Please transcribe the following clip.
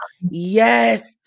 Yes